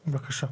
בבקשה.